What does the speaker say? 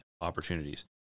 opportunities